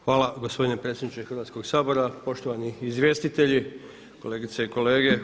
Hvala gospodine predsjedniče Hrvatskog sabor, poštovani izvjestitelji, kolegice i kolege.